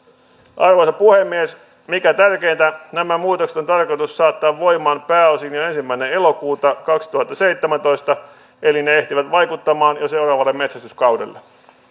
arvoisa puhemies mikä tärkeintä nämä muutokset on tarkoitus saattaa voimaan pääosin jo ensimmäinen elokuuta kaksituhattaseitsemäntoista eli ne ehtivät vaikuttamaan jo seuraavalle metsästyskaudelle